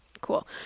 Cool